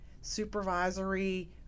supervisory